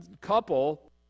couple